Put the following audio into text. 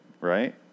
Right